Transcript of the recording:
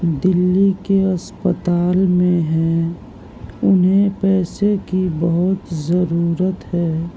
دلی کے اسپتال میں ہیں انہیں پیسے کی بہت ضرورت ہے